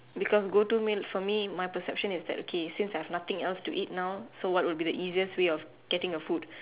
because go to meal for me my perception is that okay since I have nothing else to eat now so what would be the easiest way of getting your food